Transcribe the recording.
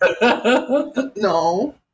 No